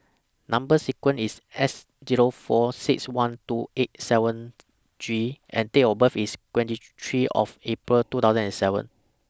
Number sequence IS S Zero four six one two eight seven G and Date of birth IS twenty three of April two thousand and seven